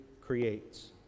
creates